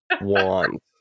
want